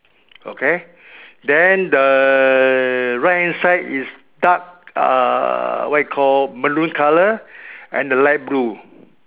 okay then the right hand side is dark uh what you call maroon colour and the left blue